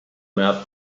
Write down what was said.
met